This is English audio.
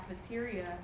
cafeteria